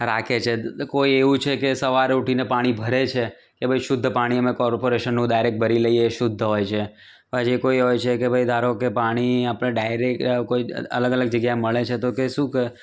રાખે છે કોઈ એવું છે કે સવારે ઊઠીને પાણી ભરે છે કે ભાઈ શુદ્ધ પાણી અમે કોર્પોરેશનનું ડાયરેક્ટ ભરી લઈએ એ શુદ્ધ હોય છે પછી કોઈ હોય છે કે ભાઈ ધારો કે પાણી આપણે ડાયરેક કોઈ અલગ અલગ જગ્યા મળે છે તો કે શું કહે